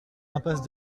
impasse